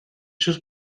sus